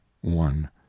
one